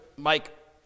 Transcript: Mike